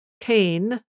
Cain